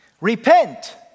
Repent